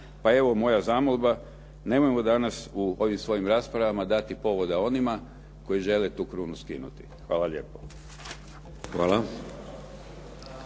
Pa evo, moja zamolba, nemojmo danas u ovim svojim raspravama dati povoda onima koji žele tu krunu skinuti. Hvala lijepo.